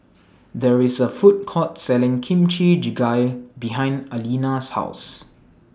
There IS A Food Court Selling Kimchi Jjigae behind Aleena's House